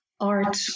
art